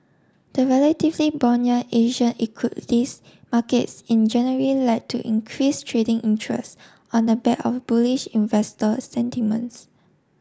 the relatively buoyant Asian equities markets in January led to increase trading interest on the back of bullish investor sentiments